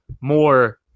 more